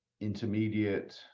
intermediate